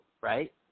right